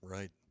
Right